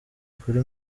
kuri